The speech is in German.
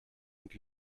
und